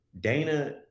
Dana